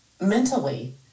mentally